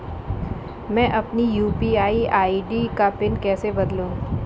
मैं अपनी UPI ID का पिन कैसे बदलूं?